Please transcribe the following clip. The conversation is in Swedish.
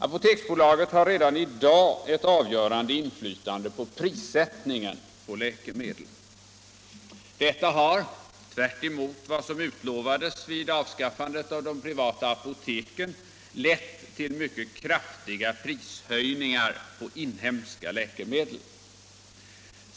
Apoteksbolaget har redan i dag ett avgörande inflytande på prissättningen på läkemedel. Detta har — tvärtemot vad som utlovades vid avskaffandet av de privata apoteken — lett till mycket kraftiga prishöjningar på inhemska läkemedel.